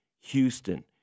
Houston